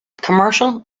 commercial